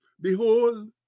Behold